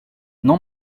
non